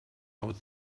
out